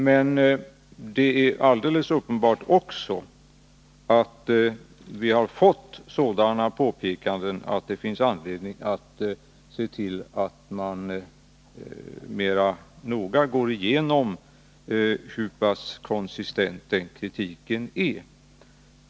Det är också alldeles uppenbart att vi fått sådana påpekanden att det finns anledning att se till att man mera noggrant går igenom hur pass konsistent den kritiken är.